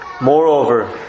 Moreover